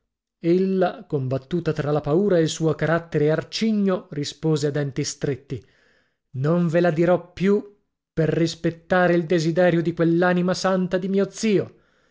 ella combattuta tra la paura e il suo carattere arcigno rispose a denti stretti non ve la dirò più per rispettare il desiderio di quell'anima santa di mio zio